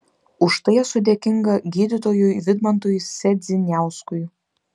už tai esu dėkinga gydytojui vidmantui sedziniauskui